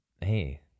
Hey